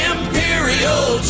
Imperial